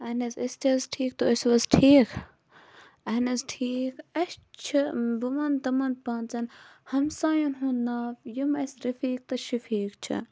اہَن حظ أسۍ تہِ حظ ٹھیٖک تُہۍ چھِو حٕظ ٹھیٖک اہن حظ ٹھیٖک اَسہِ چھِ بہٕ وَنہٕ تِمَن پانٛژَن ہِمسایَن ہُنٛد ناو یِم اَسہِ رفیٖق تہٕ شفیٖق چھےٚ